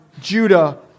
Judah